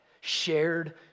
shared